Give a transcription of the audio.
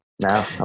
No